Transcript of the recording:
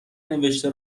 نوشته